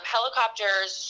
Helicopters